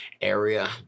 area